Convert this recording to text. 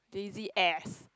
lazy ass